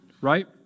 Right